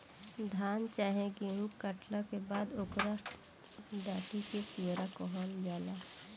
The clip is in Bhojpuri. धान चाहे गेहू काटला के बाद ओकरा डाटी के पुआरा कहल जाला